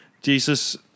Jesus